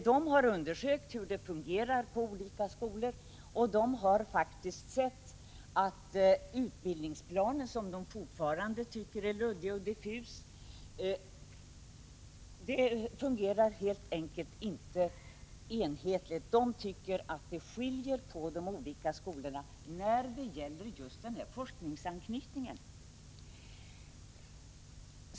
Man hade undersökt hur utbildningen fungerar vid olika skolor och funnit att utbildningsplanen, som man fortfarande tycker är luddig och diffus, helt enkelt inte fungerar enhetligt. Det finns skillnader mellan olika skolor när det gäller just forskningsanknytningen.